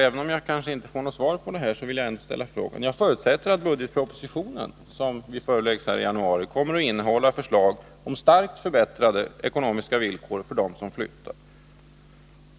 Även om jag kanske inte får någon reaktion på detta, vill jag framhålla att jag förutsätter att den budgetproposition som vi kommer att föreläggas i januari innehåller förslag om starkt förbättrade ekonomiska villkor för dem som flyttar.